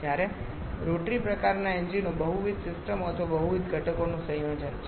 જ્યારે રોટરી પ્રકારના આ એન્જિનો બહુવિધ સિસ્ટમો અથવા બહુવિધ ઘટકોનું સંયોજન છે